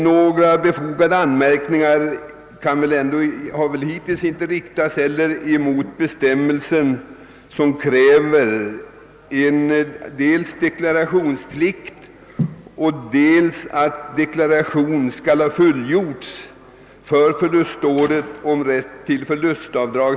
Några befogade anmärkningar har väl hittills heller inte riktats mot bestämmelsen i förlustutjämningsförordningen enligt vilken för rätt till förlustavdrag krävs, att deklarationsskyldighet förelegat och också fullgjorts för förluståret.